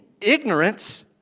Ignorance